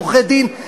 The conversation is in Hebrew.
עורכי-דין,